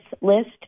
List